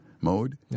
mode